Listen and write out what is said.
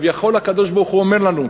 כביכול הקדוש-ברוך-הוא אומר לנו,